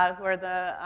ah who are the, ah,